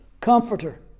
comforter